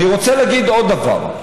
אני רוצה להגיד עוד דבר: